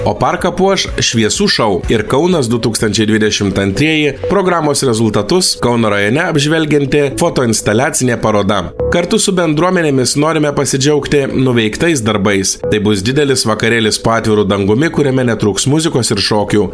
o parką puoš šviesų šou ir kaunas du tūkstančiai dvidešimt antrieji programos rezultatus kauno rajone apžvelgianti fotoinstaliacinė paroda kartu su bendruomenėmis norime pasidžiaugti nuveiktais darbais tai bus didelis vakarėlis po atviru dangumi kuriame netrūks muzikos ir šokių